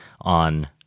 on